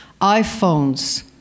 iPhones